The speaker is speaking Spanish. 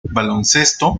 baloncesto